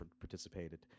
participated